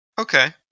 Okay